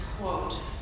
quote